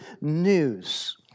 news